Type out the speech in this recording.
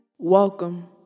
Welcome